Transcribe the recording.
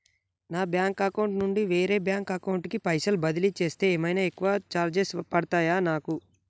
నా bank account నుండి వేరే బ్యాంక్ అకౌంట్ కి పైసల్ బదిలీ చేస్తే ఏమైనా ఎక్కువ చార్జెస్ పడ్తయా నాకు?